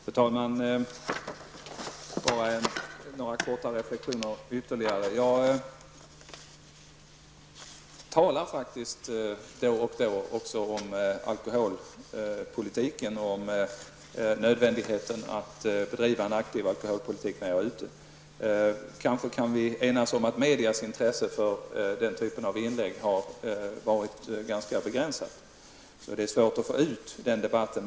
Fru talman! Låt mig bara göra några korta reflexioner. Då och då talar jag faktiskt om alkoholpolitik och om nödvändigheten av att bedriva en aktivare sådan. Vi kan kanske enas om att medias intresse för den typen av inlägg varit ganska begränsad. Det är svårt att nå ut med sådana debatter.